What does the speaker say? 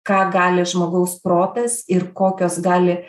ką gali žmogaus protas ir kokios gali